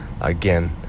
again